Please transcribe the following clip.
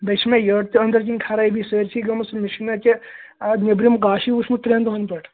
بیٚیہِ چھِ مےٚ یٔڈ تہِ أنٛدرۍ کِنۍ خَرٲبی سٲرسٕے گٲمٕژ مےٚ چھُنہٕ اَتہِ نیٚبرِم گاشٕے وُچھمُت ترٛٮ۪ن دۅہَن پٮ۪ٹھ